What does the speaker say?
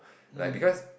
like because